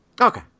Okay